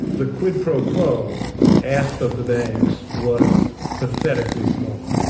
the quid pro quo asked of the banks was pathetically small.